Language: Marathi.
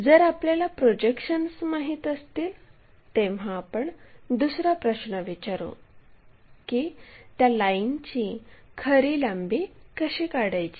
जर आपल्याला प्रोजेक्शन्स माहित असतील तेव्हा आपण दुसरा प्रश्न विचारु की त्या लाईनची खरी लांबी कशी काढायची